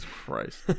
Christ